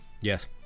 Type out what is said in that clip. Yes